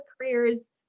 careers